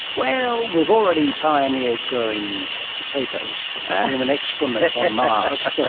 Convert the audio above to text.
well, we've already pioneered growing potatoes from human excrement on mars.